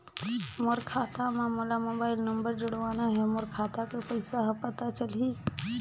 मोर खाता मां मोला मोबाइल नंबर जोड़वाना हे मोर खाता के पइसा ह पता चलाही?